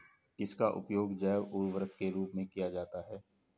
किसका उपयोग जैव उर्वरक के रूप में किया जाता है?